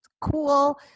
cool